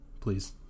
please